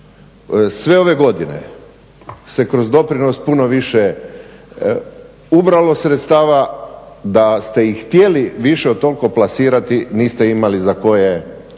sve ove godine se kroz doprinos puno više ubralo sredstava, da ste i htjeli više od toliko plasirati niste imali za koje projekte.